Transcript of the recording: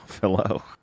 Hello